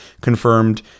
confirmed